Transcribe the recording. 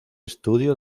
estudio